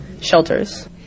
shelters